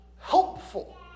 helpful